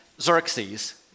Xerxes